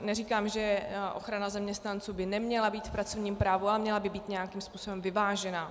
Neříkám, že ochrana zaměstnanců by neměla být v pracovním právu, ale měla by být nějakým způsobem vyvážená.